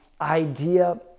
idea